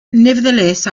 nevertheless